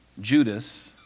Judas